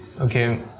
Okay